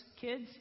kids